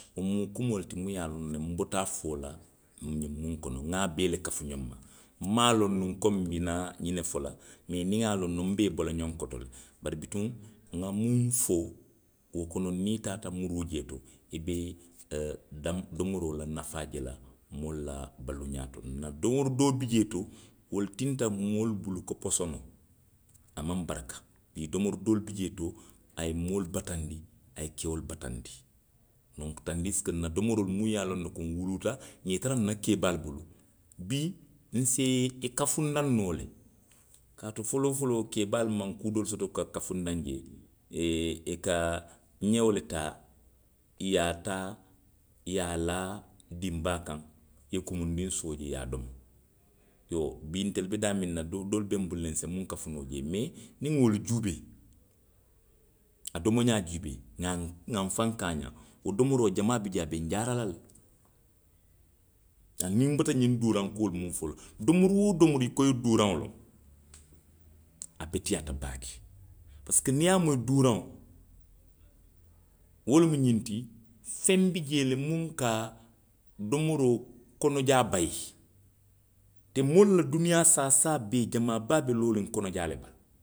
Wo mu kumoo le ti muŋ ye a loŋ ne nbota a foo la nbe ňiŋ muŋ kono, nŋa a bee le kafu ňoŋ ma. Nmaŋ loŋ nuŋ komi nbi naa ňiŋ ne fo la. Mee niŋ nŋa loŋ nuŋ. nbe i bo la ňoŋ koto le. Bari bituŋ, nŋa muŋ fo. wo kono, niŋ i taata muruu jee to, i be oo daŋ, domoroo la nafaa je la moolu la baluu ňaa to. Nna domori doolu bi jee to. wolu tinta moolu bulu ko posonoo. A maŋ baraka. I domori doolu bi jee to. a ye moolu bataandi, a ye keolu bataandi. Donku tandisiko nna domoroolu munnu ye a loŋ ko nwuluuta, nŋa i tara nna keebaalu bulu. bii, si i kafundaŋ noo le, kaatu foloo foloo. keebaalu maŋ kuu doolu soto. wo ka kafundaŋ jee le., i ka ňeo le taa, i ye a taa, i ye a laa dinbaa kaŋ. i ye kumundiŋ soo jee, i ye a domo. Iyoo, bii, ntelu be daamiŋ na, do. doolu be nbulu nse muŋ kafu noo jee. Mee, niŋ nŋa wolu jiibee. a domo ňaa jiibee. nŋa nfaŋ kaaxaŋ. wo domoroo jamaa bi jee. a be njaara la le. Jaŋ, nbota ňiŋ dooraŋo duuraŋ kuolu muŋ fo la, domori woo domori, i ko i ye duuraŋo loŋ. a beteyaata baake. Parisiko niŋ i ye a moyi duuraŋo, wo lemu ňiŋ ti. feŋ bi jee le muŋ ka domoroo, kono jaa bayi. Te moolu la duniyaa saasaa bee, jamaa baa bee looriŋ kono jaa le bala.